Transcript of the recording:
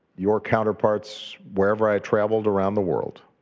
your counterparts wherever i traveled around the world,